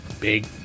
Big